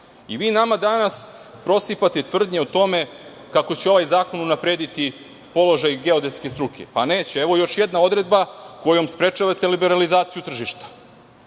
Nama danas prosipate tvrdnje o tome kako će ovaj zakon unaprediti položaj geodetske struke. Neće. Evo je još jedna odredba kojom sprečavate liberalizaciju tržišta.